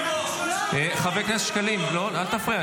--- חבר הכנסת שקלים, אל תפריע.